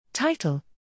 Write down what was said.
Title